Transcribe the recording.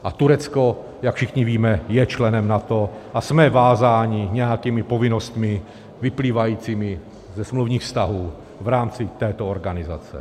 A Turecko, jak všichni víme, je členem NATO a jsme vázáni nějakými povinnostmi vyplývajícími ze smluvních vztahů v rámci této organizace.